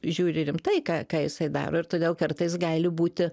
žiūri rimtai ką ką jisai daro ir todėl kartais gali būti